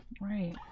Right